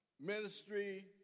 ministry